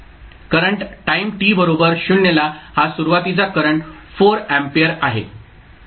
current time t बरोबर 0 ला हा सुरुवातीचा करंट 4 अँपिअर आहे